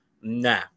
nah